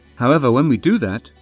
however, when we do that,